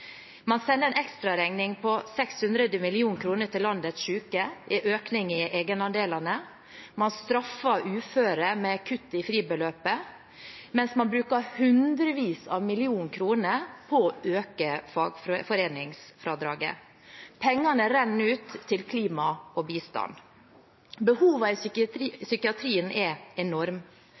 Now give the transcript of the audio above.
Man sender en ekstraregning på 600 mill. kr til landets syke i form av økning i egenandelene. Man straffer uføre med kutt i fribeløpet, mens man bruker hundrevis av millioner kroner på å øke fagforeningsfradraget. Pengene renner ut til klima og bistand. Behovene i psykiatrien er